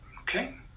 okay